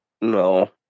no